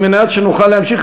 כדי שנוכל להמשיך.